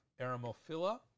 aramophila